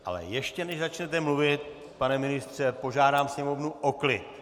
Ale ještě než začnete mluvit, pane ministře, požádám sněmovnu o klid!